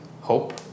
Hope